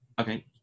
Okay